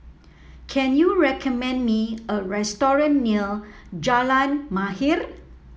can you recommend me a restaurant near Jalan Mahir